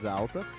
alta